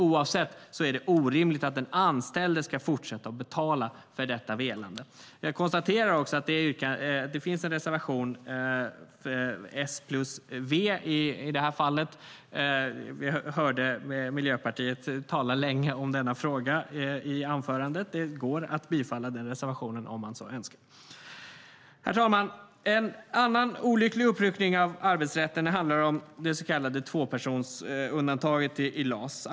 Oavsett det är det orimligt att den anställde ska fortsätta att betala för detta velande. Jag konstaterar också att det finns en reservation från S plus V i det här fallet. Vi hörde representanten för Miljöpartiet tala länge om denna fråga i anförandet. Det går att bifalla den reservationen om man så önskar. Herr talman! En annan olycklig uppluckring av arbetsrätten handlar om det så kallade tvåpersonsundantaget i LAS.